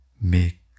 make